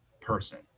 person